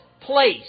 place